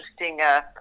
interesting